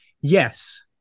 yes